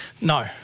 No